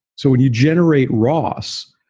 so when you generate ros,